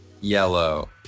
Yellow